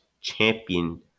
champion